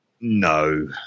No